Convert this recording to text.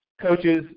coaches